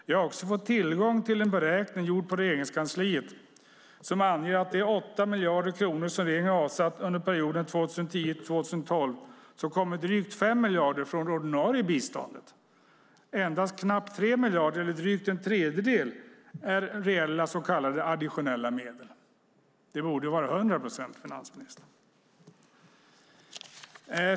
Jag har också fått tillgång till en beräkning gjord på Regeringskansliet som anger att av de 8 miljarder kronor som regeringen avsatt under perioden 2010-2012 kommer drygt 5 miljarder från det ordinarie biståndet. Endast knappt 3 miljarder, eller drygt en tredjedel, är reella så kallade additionella medel. Det borde vara 100 procent, finansministern.